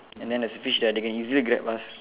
and then there's a fish there they can easily grab us